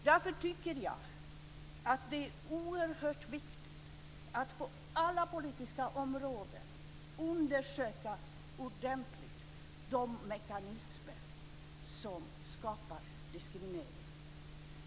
Därför tycker jag att det är oerhört viktigt att på alla politiska områden ordentligt undersöka de mekanismer som skapar diskriminering.